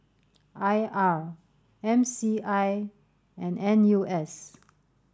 I R M C I and N U S